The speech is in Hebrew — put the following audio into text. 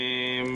יעדים.